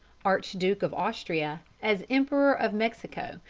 archduke of austria, as emperor of mexico,